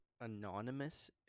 Anonymous